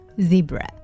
zebra